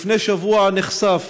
לפני שבוע נחשף